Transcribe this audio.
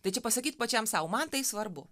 tai čia pasakyt pačiam sau man tai svarbu